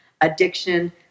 addiction